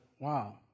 wow